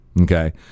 Okay